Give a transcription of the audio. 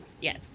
Yes